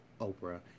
Oprah